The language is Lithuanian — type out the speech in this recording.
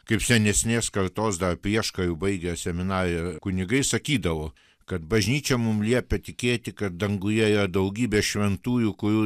kaip senesnės kartos dar prieškariu baigęs seminariją kunigai sakydavo kad bažnyčia mum liepia tikėti kad danguje yra daugybę šventųjų kurių